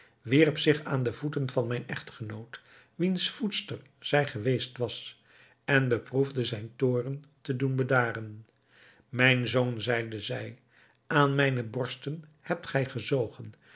wierp zich aan de voeten van mijn echtgenoot wiens voedster zij geweest was en beproefde zijn toorn te doen bedaren mijn zoon zeide zij aan mijne borsten hebt gij gezogen